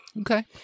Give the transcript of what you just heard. okay